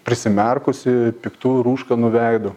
prisimerkusi piktų rūškanu veidu